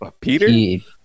Peter